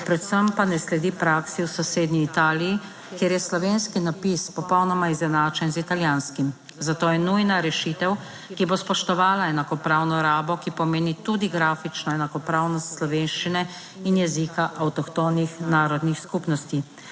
Predvsem pa ne sledi praksi v sosednji Italiji, kjer je slovenski napis popolnoma izenačen z italijanskim. Zato je nujna rešitev, ki bo spoštovala enakopravno rabo, ki pomeni tudi grafično enakopravnost slovenščine in jezika avtohtonih narodnih skupnosti.